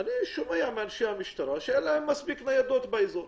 אני שומע מאנשי המשטרה שאין להם מספיק ניידות באזור.